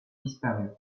disparue